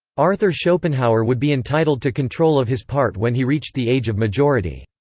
arthur schopenhauer would be entitled to control of his part when he reached the age of majority.